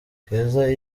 keza